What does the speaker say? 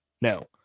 No